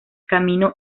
camino